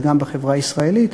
וגם בחברה הישראלית.